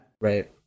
Right